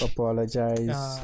Apologize